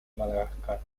madagascar